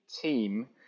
team